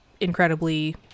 incredibly